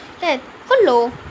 Hello